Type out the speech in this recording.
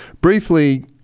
briefly